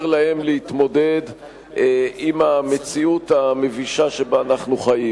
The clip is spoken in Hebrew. להם להתמודד עם המציאות המבישה שבה אנחנו חיים.